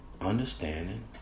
understanding